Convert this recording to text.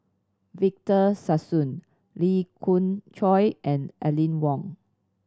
Victor Sassoon Lee Khoon Choy and Aline Wong